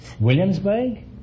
Williamsburg